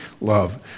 love